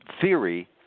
theory